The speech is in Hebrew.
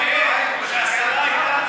תציין שהשרה יודעת,